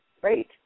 Great